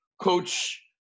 Coach